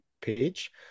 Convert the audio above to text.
page